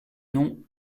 nom